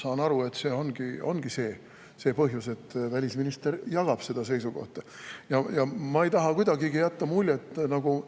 saan aru, et põhjus ongi see, et välisminister jagab seda seisukohta. Ma ei taha kuidagi jätta muljet, nagu